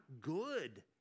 good